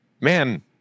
man